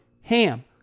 HAM